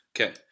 Okay